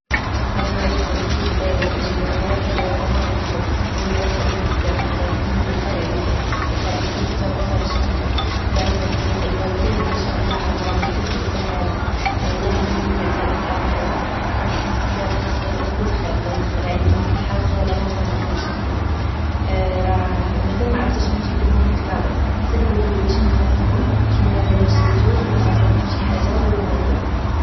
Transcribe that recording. السلام عليكم، كيدير؟ كلشي بخير؟ كيدايرا الأمور عندكم؟_x000B_وا مبروك عليكم ألف مبروك! الله يكمل بالخير عليكم، ويفرحكم كتر و كتر نشاءالله، والله يرزقكم أيام كلها نشاءالله عامرة بالحب والسعادة. والله، مني سمعت هاد الخبار هادا فرحت بزاف، تستاهلو كل الخير. الله يدخلها عليكم بالصحة والسلامة وطول العمر نشاءالله، راه مزال ما عرفت شنو نجيب ليكم في لكادو، حتى تچولو ليا أشنو خاصكم، شنو مزال مشريتوش، و لا خاصكم شحاجة چولوها ليا